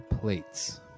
plates